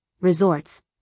resorts